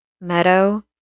Meadow